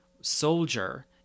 soldier